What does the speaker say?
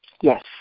Yes